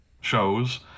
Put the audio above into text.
shows